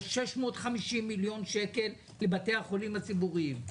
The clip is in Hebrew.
650 מיליון שקל לבתי החולים הציבוריים.